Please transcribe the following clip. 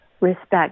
respect